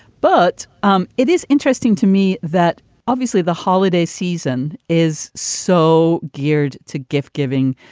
but um it is interesting to me that obviously the holiday season is so geared to gift giving.